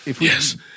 Yes